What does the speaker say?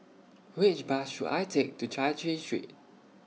Which Bus should I Take to Chai Chee Street